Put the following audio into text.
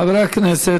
חברי הכנסת,